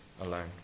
alone